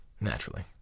naturally